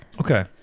okay